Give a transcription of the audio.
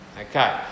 Okay